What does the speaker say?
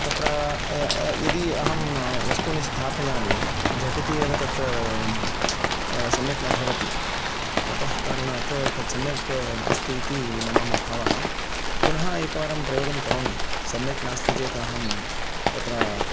तत्र यदि अहं वस्तूनि स्थापयामि झटिति एव तत् सम्यक् न भवति अतः कारणात् तत्सम्यक् नास्ति इति मम भावः पुनः एकवारं प्रयोगं करोमि सम्यक् नास्ति चेत् अहं तत्र